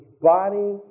body